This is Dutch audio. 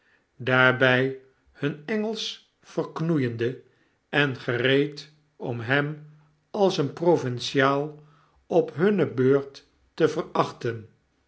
hun engelsch verknoeiende en gereed om hem als een provinciaal op hunne beurt te verachten